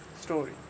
story